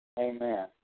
Amen